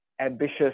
ambitious